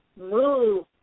Move